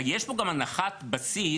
יש פה גם הנחת בסיס